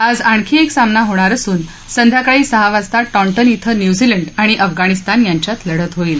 आज आणखी एक सामना होणार असून संध्याकाळी सहा वाजता टॉन्टन इथं न्यूझीलंड आणि अफगाणिस्तान यांच्यात लढत होईल